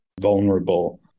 vulnerable